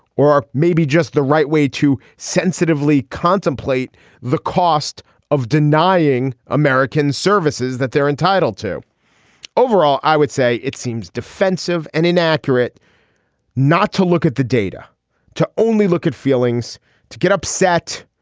or maybe just the right way to sensitively contemplate the cost of denying americans services that they're entitled to overall i would say it seems defensive and inaccurate not to look at the data to only look at feelings to get upset.